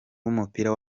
w’umupira